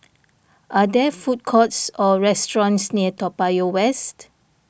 are there food courts or restaurants near Toa Payoh West